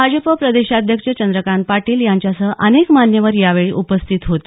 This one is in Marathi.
भाजप प्रदेशाध्यक्ष चंद्रकांत पाटील यांच्यासह अनेक मान्यवर यावेळी उपस्थित होते